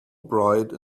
bright